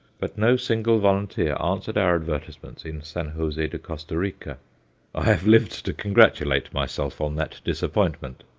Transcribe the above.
but no single volunteer answered our advertisements in san jose de costa rica i have lived to congratulate myself on that disappointment.